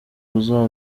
rwanda